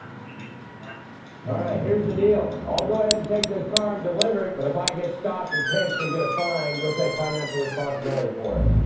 yeah right, here's the deal. i'll go ahead and take this car and deliver it, but if i get stopped and pinched and get a fine, you'll take financial responsibility for it.